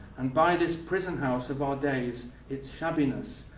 and by this prison house of our days, its shabbiness,